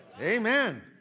amen